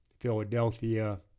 Philadelphia